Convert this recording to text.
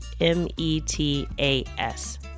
M-E-T-A-S